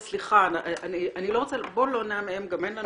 סליחה, בוא לא נעמעם, אין לנו הרבה זמן.